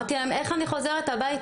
אמרתי להם, איך אני חוזרת הביתה?